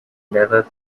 never